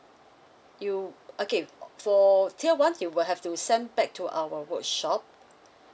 you okay for tier one you will have to send back to our workshop